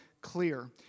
clear